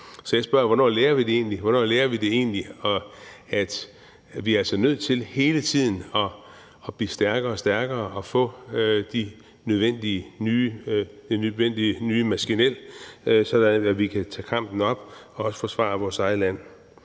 det egentlig? Hvornår lærer vi egentlig, at vi altså hele tiden er nødt til at blive stærkere og stærkere og få det nødvendige nye maskinel, sådan at vi kan tage kampen op og forsvare vores eget land?